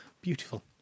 Beautiful